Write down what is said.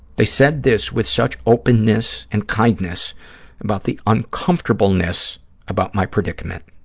they said this with such openness and kindness about the uncomfortableness about my predicament,